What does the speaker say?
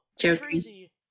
Crazy